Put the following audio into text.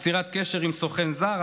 יצירת קשר עם סוכן זר,